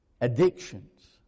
addictions